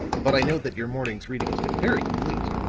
but i note that your morning's reading has been very complete.